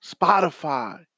Spotify